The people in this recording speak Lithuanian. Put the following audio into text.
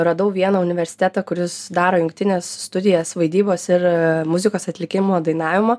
radau vieną universitetą kuris daro jungtines studijas vaidybos ir muzikos atlikimo dainavimo